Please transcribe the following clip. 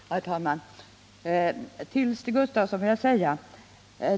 Herr talman! Till Stig Gustafsson vill jag säga följande.